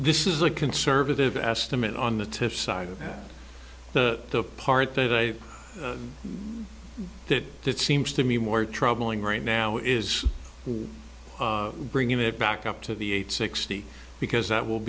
this is a conservative estimate on the tip side of that the part that i did that seems to me more troubling right now is to bring it back up to the eight sixty because that will